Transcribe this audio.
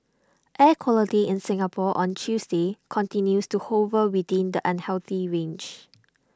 air quality in Singapore on Tuesday continues to hover within the unhealthy range